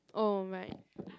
oh right